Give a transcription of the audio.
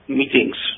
meetings